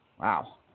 Wow